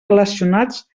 relacionats